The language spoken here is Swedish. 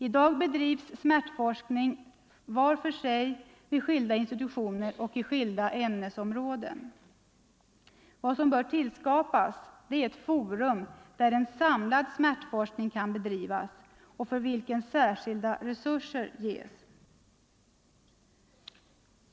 I dag bedriver man på skilda institutioner och inom skilda ämnesområden var för sig smärtforskning. Vad som bör tillskapas är ett forum där en samlad smärtforskning kan bedrivas och för vilken särskilda resurser ges.